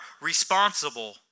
responsible